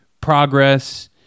progress